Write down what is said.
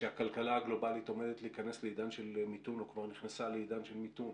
וכשהכלכלה הגלובלית עומדת להיכנס או כבר נכנסה לעידן של מיתון,